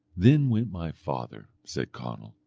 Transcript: then went my father, said conall,